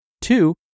Two